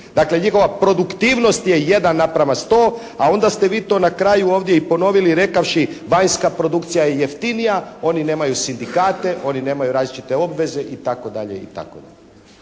Dakle, njihova produktivnost je 1 naprama 100, a onda ste vi to na kraju ovdje i ponovili rekavši vanjska produkcija je jeftinija, oni nemaju sindikate, oni nemaju različite obveze, itd.,